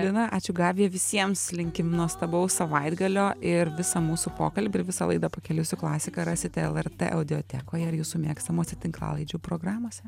lina ačiū gabija visiems linkim nuostabaus savaitgalio ir visą mūsų pokalbį ir visą laidą pakeliui su klasika rasite lrt audiotekoje ir jūsų mėgstamose tinklalaidžių programose